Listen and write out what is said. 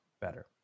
better